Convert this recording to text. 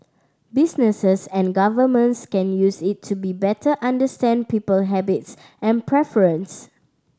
businesses and governments can use it to better understand people habits and preference